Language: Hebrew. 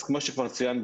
אז כמו שכבר צוין,